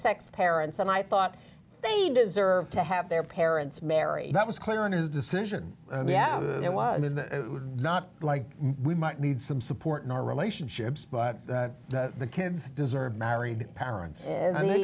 sex parents and i thought they deserved to have their parents marry that was clear in his decision it was not like we might need some support in our relationships but that the kids deserve married parents and